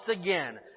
again